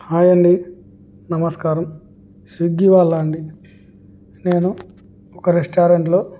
hi అండి నమస్కారం స్విగ్గీ వాళ్ళా అండి నేను ఒక రెస్టారెంట్లో